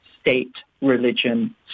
state-religion